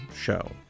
show